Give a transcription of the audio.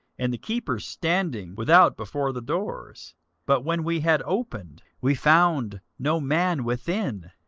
and the keepers standing without before the doors but when we had opened, we found no man within.